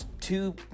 two